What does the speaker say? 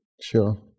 Sure